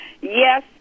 Yes